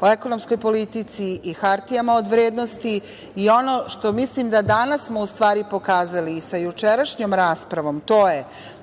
o ekonomskoj politici i hartijama od vrednosti i ono što mislim da danas smo u stvari pokazali i sa jučerašnjom raspravom to je